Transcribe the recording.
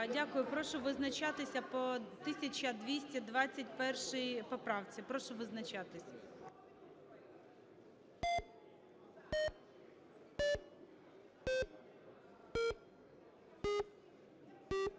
Дякую. Прошу визначатися по 1221 поправці, прошу визначатись.